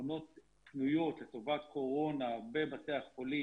מכונות פנויות לטובת קורונה בבתי החולים